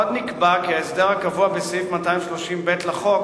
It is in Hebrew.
עוד נקבע, כי ההסדר הקבוע בסעיף 230ב לחוק